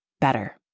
better